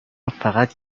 فقط